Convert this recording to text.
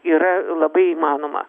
yra labai įmanoma